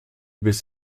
biss